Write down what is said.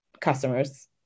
customers